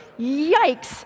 Yikes